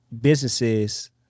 businesses